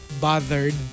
Bothered